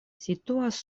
situas